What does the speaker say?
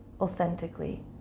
authentically